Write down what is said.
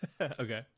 okay